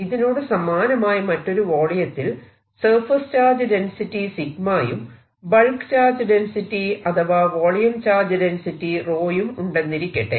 ഇതിനോട് സമാനമായ മറ്റൊരു വോളിയത്തിൽ സർഫേസ് ചാർജ് ഡെൻസിറ്റി 𝜎 യും ബൾക്ക് ചാർജ് ഡെൻസിറ്റി അഥവാ വോളിയം ചാർജ് ഡെൻസിറ്റി 𝜌 യും ഉണ്ടെന്നിരിക്കട്ടെ